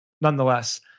Nonetheless